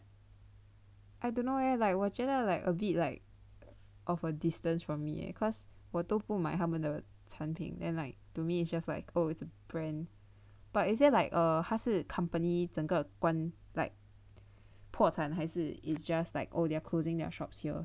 I don't know leh like 我觉得 like a bit like of a distance from me eh cause 我都不买他们的产品 then like to me it's just like oh it's a brand but is there like err 他是 company like 整个破产还是 is just like oh they're closing their shops here